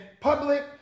public